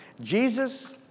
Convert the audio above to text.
Jesus